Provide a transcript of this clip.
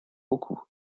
beaucoup